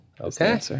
okay